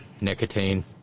nicotine